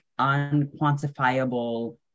unquantifiable